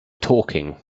talking